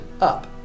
up